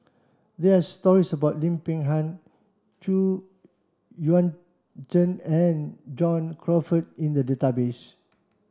there stories about Lim Peng Han Xu Yuan Zhen and John Crawfurd in the database